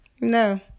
no